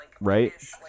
right